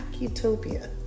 Utopia